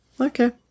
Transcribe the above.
okay